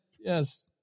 yes